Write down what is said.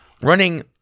running